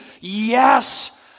yes